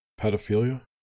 pedophilia